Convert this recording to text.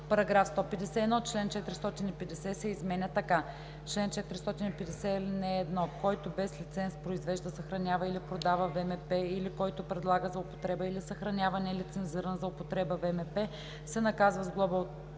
151: „§ 151. Член 450 се изменя така: „Чл. 450. (1) Който без лиценз произвежда, съхранява или продава ВМП, или който предлага за употреба, или съхранява нелицензиран за употреба ВМП, се наказва с глоба